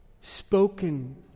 spoken